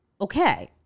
okay